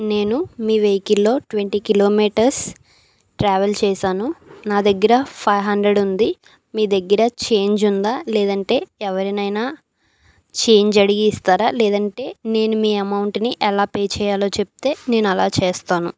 నేను మీ వెహికిల్లో ట్వంటీ కిలోమీటర్స్ ట్రావెల్ చేసాను నా దగ్గర ఫైవ్ హండర్డ్ ఉంది మీ దగ్గర చేంజ్ ఉందా లేదంటే ఎవరినైనా చేంజ్ అడిగి ఇస్తారా లేదంటే నేను మీ అమౌంట్ని ఎలా పే చేయాలో చెప్తే నేను అలా చేస్తాను